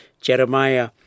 Jeremiah